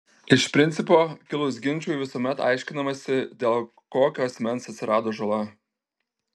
iš principo kilus ginčui visuomet aiškinamasi dėl kokio asmens atsirado žala